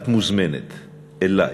את מוזמנת אלי